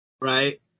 Right